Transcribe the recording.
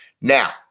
Now